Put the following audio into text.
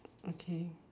okay